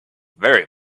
very